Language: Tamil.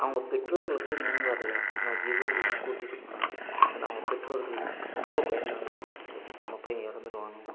அவங்க பெற்றோர்கள் கூட முன் வரல ஆனால் இவர் இட்டு கூட்டிகிட்டு போனாரு ஏன்னா அவங்க பெற்றோர்கள் ரொம்ப பயந்தாங்க அய்யயோ நம்ம பையன் இறந்துருவானோ